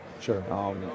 Sure